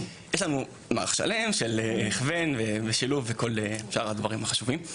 יש לנו מערך שלם של הכוונה ושילוב וכל הדברים החשובים.